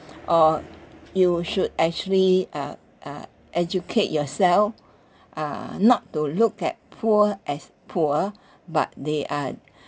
or you should actually uh uh educate yourself uh not to look at poor as poor but they are